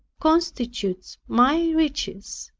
constitutes my riches.